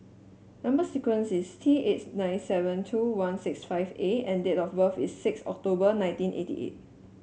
number sequence is T eight nine seven two one six five A and date of birth is six October nineteen eighty eight